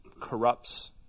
corrupts